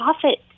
profit